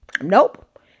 Nope